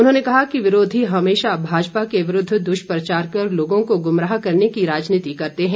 उन्होंने कहा कि विरोधी हमेशा भाजपा के विरूद्व दुष्प्रचार कर लोगों को गुमराह करने की राजनीति करते हैं